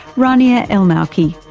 rania al malky,